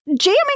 jamming